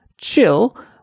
chill